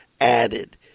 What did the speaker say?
added